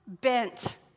bent